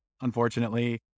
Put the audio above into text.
unfortunately